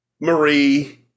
marie